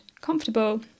comfortable